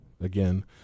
again